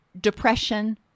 depression